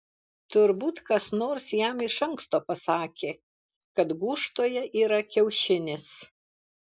turbūt kas nors jam iš anksto pasakė kad gūžtoje yra kiaušinis